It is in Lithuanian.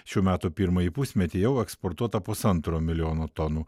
šių metų pirmąjį pusmetį jau eksportuota pusantro milijono tonų